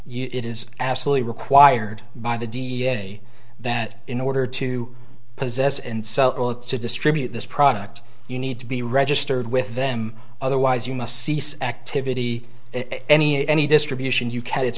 e it is absolutely required by the d n a that in order to possess and sell to distribute this product you need to be registered with them otherwise you must cease activity any any distribution you can it's